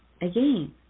Again